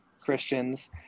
Christians